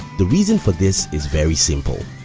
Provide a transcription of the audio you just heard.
the reason for this is very simple.